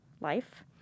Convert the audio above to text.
life